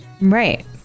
right